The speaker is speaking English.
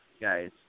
guys